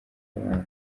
abandi